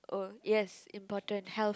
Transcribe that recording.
oh yes important health